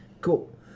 cool